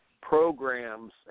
programs